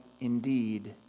indeed